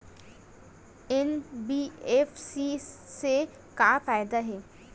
NBFC से का फ़ायदा हे?